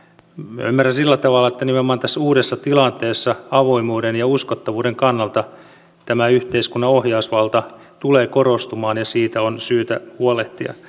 minä ymmärrän sillä tavalla että nimenomaan tässä uudessa tilanteessa avoimuuden ja uskottavuuden kannalta tämä yhteiskunnan ohjausvalta tulee korostumaan ja siitä on syytä huolehtia